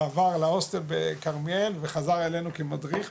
הוא בעבר היה בהוסטל בכרמיאל וחזר אלינו כמדריך,